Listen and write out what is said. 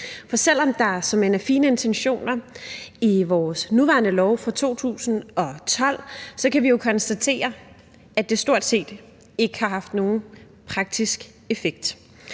For selv om der såmænd er fine intentioner i vores nuværende lov fra 2012, kan vi jo konstatere, at det stort set ikke har haft nogen praktisk effekt.